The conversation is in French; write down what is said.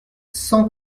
cent